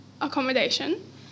accommodation